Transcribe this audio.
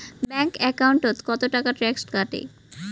Bank একাউন্টত কতো টাকা ট্যাক্স কাটে?